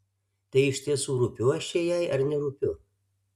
tai iš tiesų rūpiu aš čia jai ar nerūpiu